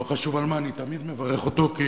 לא חשוב על מה, אני תמיד מברך אותו, כי